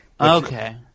Okay